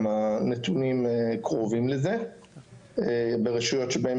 גם הנתונים קרובים לזה ברשויות שבהם